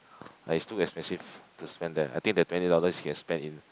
like is too expensive to spend there I think the twenty dollars you can spend in